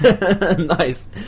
Nice